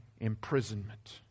imprisonment